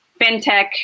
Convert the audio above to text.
fintech